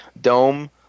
Dome